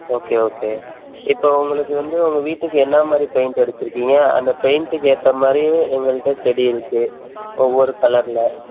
okay okay இப்போது உங்களுக்கு வந்து உங்கள் வீட்டுக்கு என்ன மாதிரி பெயிண்ட் அடிச்சுருக்கீங்க அந்த பெயிண்ட்டுக்கு ஏற்ற மாதிரியே எங்கள்கிட்ட செடி இருக்குது ஒவ்வொரு கலரில்